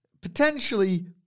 Potentially